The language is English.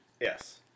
Yes